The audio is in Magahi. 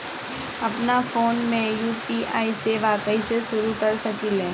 अपना फ़ोन मे यू.पी.आई सेवा कईसे शुरू कर सकीले?